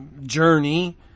journey